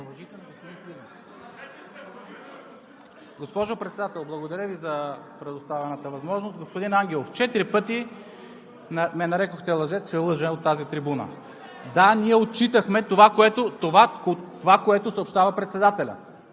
Госпожо Председател, благодаря Ви за предоставената възможност. Господин Ангелов, четири пъти ме нарекохте „лъжец“, че лъжа от тази трибуна. Да, ние отчитахме това, което съобщава Председателят.